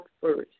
First